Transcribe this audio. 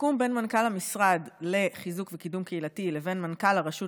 הסיכום בין מנכ"ל המשרד לחיזוק וקידום קהילתי לבין מנכ"ל הרשות